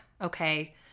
okay